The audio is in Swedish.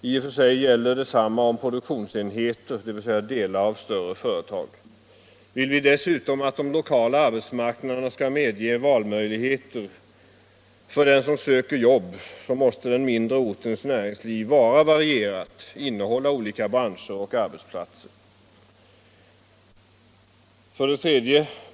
I och för sig gäller detsamma om produktionsenheter, dvs. delar av större företag. Vi vill dessutom att de lokala arbetsmarknaderna skall medge valmöjligheter. För den som söker jobb måste därför den mindre ortens näringsliv vara varierat, innehålla olika branscher och olika arbetsplatser. 3.